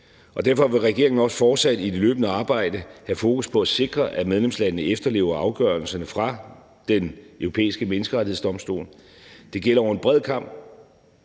derfor vil regeringen også fortsat i det løbende arbejde have fokus på at sikre, at medlemslandene efterlever afgørelserne fra Den Europæiske Menneskerettighedsdomstol. Det gælder over en bred kam,